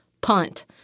punt